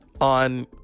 on